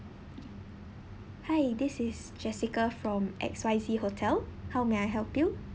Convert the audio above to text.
hi this is jessica from X_Y_Z hotel how may I help you